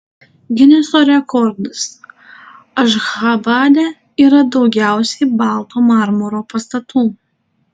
gineso rekordas ašchabade yra daugiausiai balto marmuro pastatų